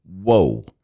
whoa